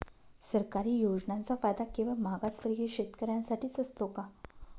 सरकारी योजनांचा फायदा केवळ मागासवर्गीय शेतकऱ्यांसाठीच असतो का?